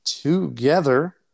together